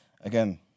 Again